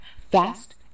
fast